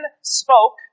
spoke